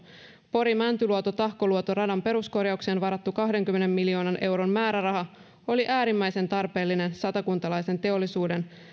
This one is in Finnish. pori mäntyluoto tahkoluoto radan peruskorjaukseen varattu kahdenkymmenen miljoonan euron määräraha oli äärimmäisen tarpeellinen satakuntalaisen teollisuuden